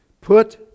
Put